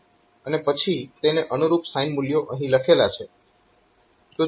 અને પછી તેને અનુરૂપ સાઈન મૂલ્યો અહીં લખેલા છે